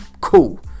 Cool